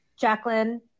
Jacqueline